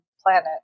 planet